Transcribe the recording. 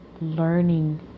learning